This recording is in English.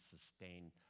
sustain